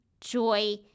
joy